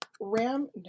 Ram